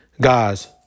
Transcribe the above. Guys